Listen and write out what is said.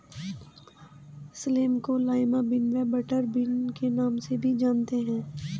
same को lima bean व butterbean के नाम से भी जानते हैं